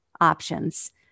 options